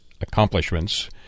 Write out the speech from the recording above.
Accomplishments